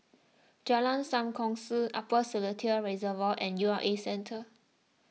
Jalan Sam Kongsi Upper Seletar Reservoir and U R A Centre